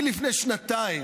אני לפני שנתיים